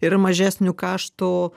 ir mažesnių kaštų